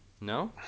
No